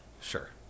Sure